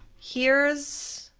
here's,